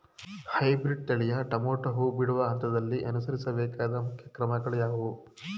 Hybrid ತಳಿಯ tomato ಹೂ ಬಿಡುವ ಹಂತದಲ್ಲಿ ಅನುಸರಿಸಬೇಕಾದ ಮುಖ್ಯ ಕ್ರಮಗಳು ಯಾವುವು?